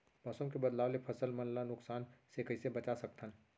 मौसम के बदलाव ले फसल मन ला नुकसान से कइसे बचा सकथन?